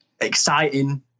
exciting